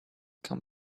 come